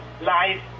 life